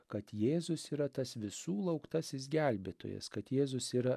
kad jėzus yra tas visų lauktasis gelbėtojas kad jėzus yra